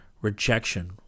rejection